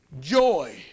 joy